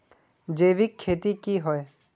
जैविक खेती की होय?